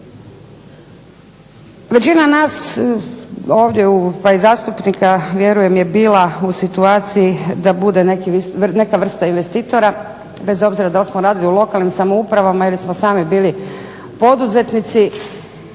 Većina nas ovdje zastupnika vjerujem da je bila u situaciji da bude neka vrsta investitora bez obzira da li smo radili u lokalnim samoupravama ili smo sami bili poduzetnici